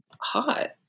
hot